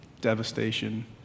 devastation